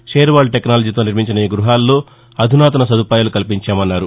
share wall టెక్నాలజీతో నిర్మించిన ఈ గృహాలలో ఆధునాతన సదుపాయాలను కల్పించామన్నారు